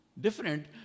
different